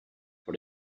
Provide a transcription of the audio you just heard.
for